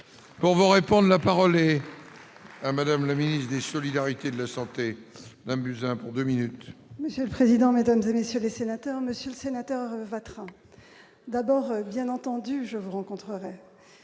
Vous répondent : la parole et. Madame la ministre des solidarités, de la santé pour 2 minutes. Monsieur le président, Mesdames et messieurs les sénateurs, Monsieur le Sénateur Vatrin d'abord bien entendu je vous rencontrerai,